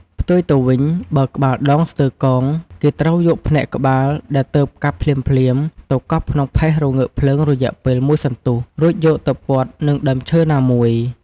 ផ្ទុយទៅវិញ បើក្បាលដងស្ទើរកោង គេត្រូវយកផ្នែកក្បាលដែលទើបកាប់ភ្លាមៗ ទៅកប់ក្នុងផេះរងើកភ្លើងរយៈពេលមួយសន្ទុះ រួចយកទៅពត់នឹងដើមឈើណាមួយ ។